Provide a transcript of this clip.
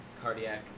cardiac